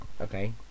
Okay